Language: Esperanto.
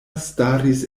staris